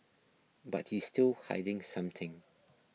but he's still hiding something